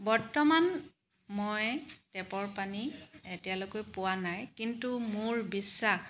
বৰ্তমান মই টেপৰ পানী এতিয়ালৈকে পোৱা নাই কিন্তু মোৰ বিশ্বাস